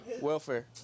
Welfare